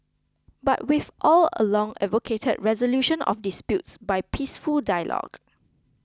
but we've all along advocated resolution of disputes by peaceful dialogue